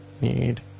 need